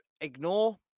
ignore